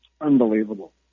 unbelievable